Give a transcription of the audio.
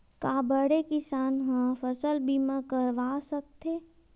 का बड़े किसान ह फसल बीमा करवा सकथे?